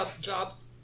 jobs